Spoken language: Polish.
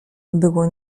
było